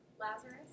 Lazarus